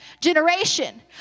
generation